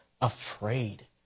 afraid